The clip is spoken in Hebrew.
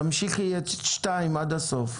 תמשיכי את 2 עד הסוף.